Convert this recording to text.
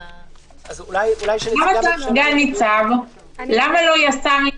אם נקבע קצין משטרה בדרגת סגן ניצב למה זה לא יהיה השר?